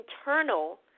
internal